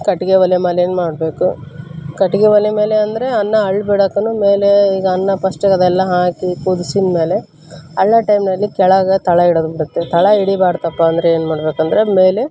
ಕಟ್ಟಿಗೆ ಒಲೆ ಮೇಲಿನ ಮಾಡಬೇಕು ಕಟ್ಟಿಗೆ ಒಲೆ ಮೇಲೆ ಅಂದರೆ ಅನ್ನ ಅರ್ಳಿ ಬಿಡೋತನ ಮೇಲೆ ಈಗ ಅನ್ನ ಫಸ್ಟ್ಗೆ ಅದೆಲ್ಲ ಹಾಕಿ ಕುದ್ಸಿದ್ಮೇಲೆ ಅರಳೋ ಟೈಮ್ನಲ್ಲಿ ಕೆಳಗೆ ತಳ ಹಿಡದ್ಬಿಡತ್ತೆ ತಳ ಹಿಡಿಬಾರ್ದಪ್ಪ ಅಂದರೆ ಏನು ಮಾಡ್ಬೇಕಂದರೆ ಮೇಲೆ